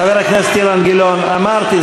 חבר הכנסת אילן גילאון, אמרתי.